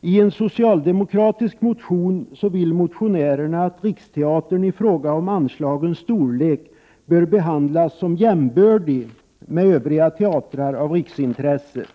I en socialdemokratisk motion anser motionärerna att Riksteatern i fråga om anslagens storlek bör behandlas som jämbördig med övriga teatrar av riksintresse.